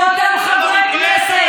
אנחנו מתביישים באותם חברי כנסת